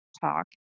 talk